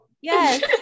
Yes